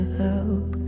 help